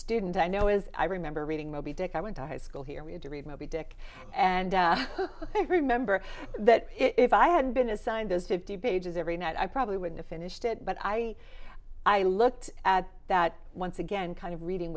student i know is i remember reading moby dick i went to high school here to read moby dick and remember that if i hadn't been assigned those fifty pages every night i probably wouldn't finished it but i i looked at that once again kind of reading